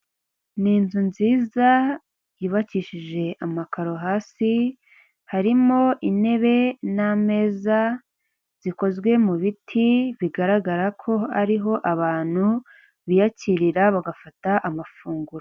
Ni inzu nziza yubakishije amakaro hasi, harimo intebe n'ameza zikozwe mu biti, bigaragara ko ari ho abantu biyakirira bagafata amafunguro.